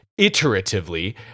iteratively